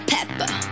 Pepper